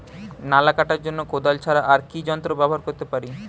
নালা কাটার জন্য কোদাল ছাড়া আর কি যন্ত্র ব্যবহার করতে পারি?